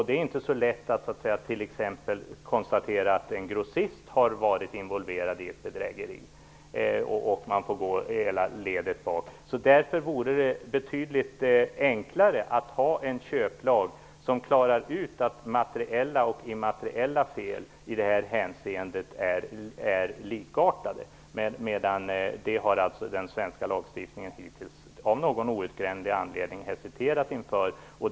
Det är inte så lätt om t.ex. en grossist har varit involverad i ett bedrägeri och man får gå hela ledet tillbaka. Det vore därför betydligt enklare att ha en köplag som klargör att materiella och immateriella fel i det här hänseendet är likartade, men det har den svenska lagstiftningen hittills av någon outgrundlig anledning hesiterat inför.